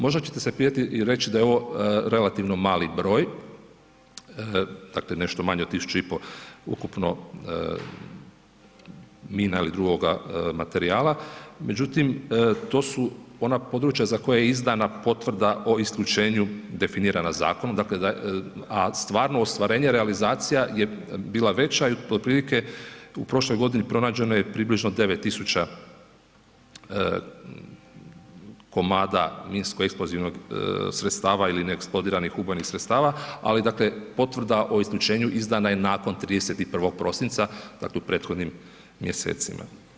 Možda ćete se pitati i reći da je ovo relativno mali broj, dakle nešto manje od 1500 ukupno mina ili drugoga materijala, međutim to su ona područja za koje je izdana potvrda o isključenju definirana zakonom, dakle a stvarno ostvarenje realizacija je bila veća i otprilike u prošloj godini pronađeno je približno 9 tisuća komada minsko eksplozivnog sredstava ili neeksplodiranih ubojnih sredstava ali dakle potvrda o isključenju izdana je nakon 31. prosinca dakle u prethodnim mjesecima.